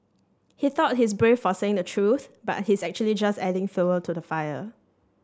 he thought he's brave for saying the truth but he's actually just adding fuel to the fire